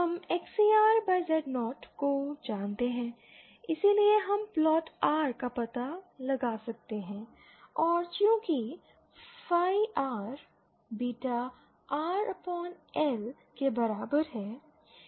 हम XCR Z0 को जानते हैं इसलिए हम प्लॉट R का पता लगा सकते हैं और चूंकि phi R beta R L के बराबर है